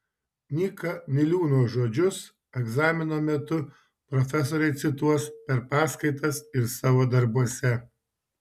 nyka niliūno žodžius egzamino metu profesoriai cituos per paskaitas ir savo darbuose